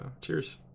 cheers